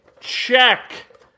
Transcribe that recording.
check